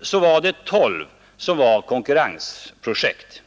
så var det 12 som var konkurrensprojekt.